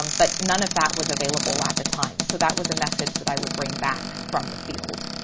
um but none of that was available at the time. so that was a message that i would bring back from the field.